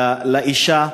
לאישה.